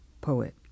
poet